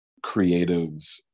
creatives